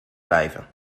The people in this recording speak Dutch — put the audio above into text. blijven